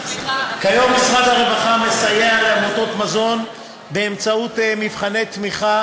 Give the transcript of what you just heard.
כיום משרד הרווחה מסייע לעמותות מזון באמצעות מבחני תמיכה